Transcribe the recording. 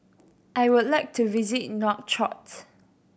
I would like to visit Nouakchott